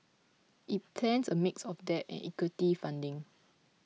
it plans a mix of debt and equity funding